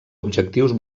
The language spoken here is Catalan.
objectius